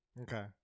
Okay